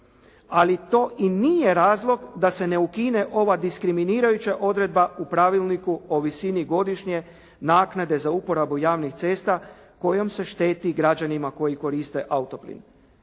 Ali to i nije razlog da se ne ukine ova diskriminirajuća odredba u pravilniku o visine godišnje naknade za uporabu javnih cesta kojom se šteti građanima koji koriste autoplin.